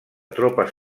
tropes